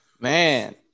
Man